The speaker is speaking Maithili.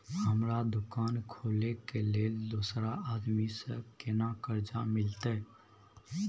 हमरा दुकान खोले के लेल दूसरा आदमी से केना कर्जा मिलते?